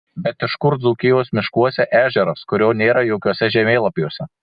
bet iš kur dzūkijos miškuose ežeras kurio nėra jokiuose žemėlapiuose